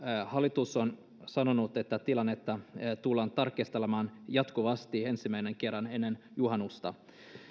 hallitus on sanonut että tilannetta tullaan tarkistelemaan jatkuvasti ensimmäisen kerran ennen juhannusta